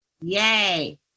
Yay